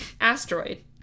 asteroid